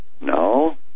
No